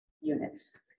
units